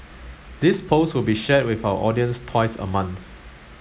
this post will be shared with our audience twice a month